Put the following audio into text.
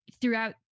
throughout